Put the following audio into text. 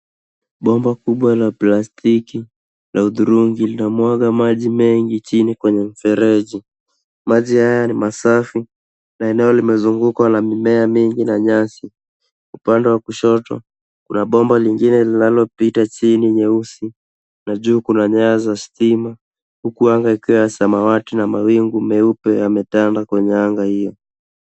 Bomba kubwa la plastiki la hudhurungi linamwaga maji mengi chini kwenye mfereji. Maji haya ni masafi na eneo limezungukwa na mimea nyingi na nyasi. Upande wa kushoto kuna bomba lingine linalopita chini nyeusi na juu kuna nyaya za stima huku anga ikiwa ya samawati na mawingu meupe yametanda kwenye anga hiyo.